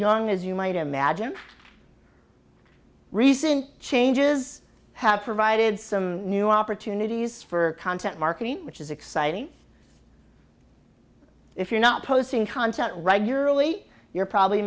young as you might imagine recent changes have provided some new opportunities for content marketing which is exciting if you're not posting content regularly you're probably